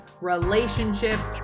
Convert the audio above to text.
relationships